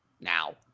now